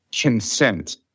consent